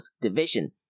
division